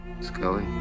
Scully